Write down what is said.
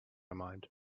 mind